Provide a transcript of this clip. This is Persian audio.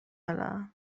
حالا